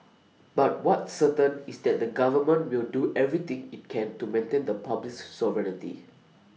but what's certain is that the government will do everything IT can to maintain the republic's sovereignty